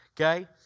okay